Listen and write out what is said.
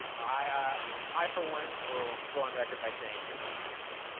i i for one, will go on record by saying, i do think it's him.